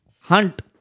Hunt